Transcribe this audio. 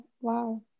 Wow